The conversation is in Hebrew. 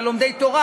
על לומדי תורה,